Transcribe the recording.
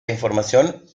información